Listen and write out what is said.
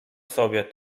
sobie